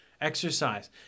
exercise